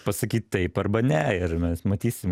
pasakyt taip arba ne ir mes matysim